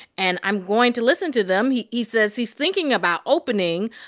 and i'm going to listen to them. he he says he's thinking about opening,